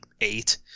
eight